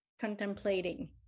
contemplating